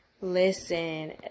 Listen